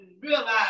realize